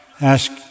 ask